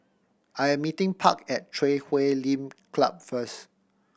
I am meeting Park at Chui Huay Lim Club first